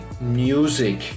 Music